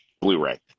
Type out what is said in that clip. Blu-ray